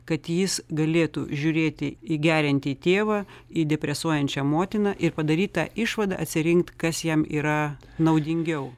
kad jis galėtų žiūrėti į geriantį tėvą į depresuojančią motiną ir padaryt tą išvadą atsirinkt kas jam yra naudingiau